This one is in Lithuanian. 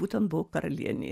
būtent buvo karalienė